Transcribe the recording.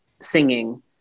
singing